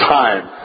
time